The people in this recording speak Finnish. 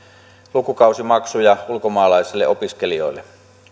lukukausimaksuja ulkomaalaisille opiskelijoille